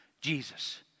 Jesus